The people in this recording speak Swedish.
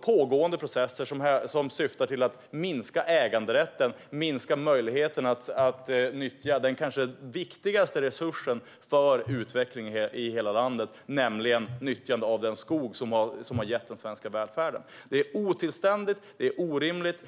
pågående processer som syftar till att minska äganderätten och minska möjligheterna att nyttja den kanske viktigaste resursen för hela landets utveckling, nämligen den skog som har gett den svenska välfärden. Det är otillständigt och orimligt!